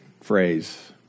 phrase